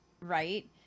right